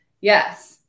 Yes